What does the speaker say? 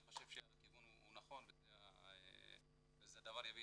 חושב שהכיוון הוא נכון וזה דבר שיביא